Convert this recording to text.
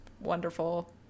wonderful